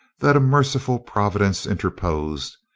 that a merciful providence interposed,